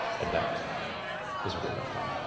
and that is where we left off.